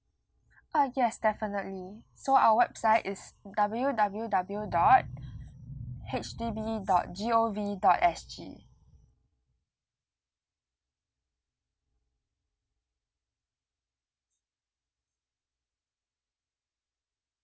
uh yes definitely so our website is W W W dot H D B dot G O V dot S G